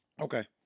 Okay